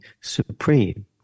supreme